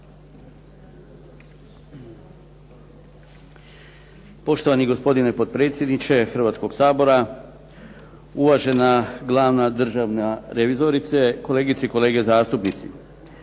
Poštovani gospodine potpredsjedniče Hrvatskog sabora, uvažena glavna državna revizorice, kolegice i kolege zastupnici.